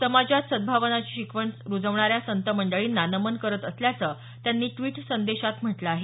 समाजात सद्भावाची शिकवण रुजवणाऱ्या संतमंडळींना नमन करत असल्याचं त्यांनी ड्विट सदेशात म्हटल आहे